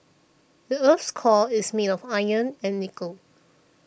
the earth's core is made of iron and nickel